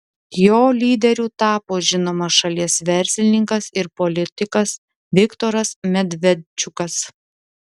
jo lyderiu tapo žinomas šalies verslininkas ir politikas viktoras medvedčiukas